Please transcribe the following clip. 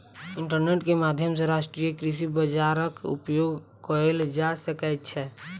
internet के माध्यम सॅ राष्ट्रीय कृषि बजारक उपयोग कएल जा सकै छै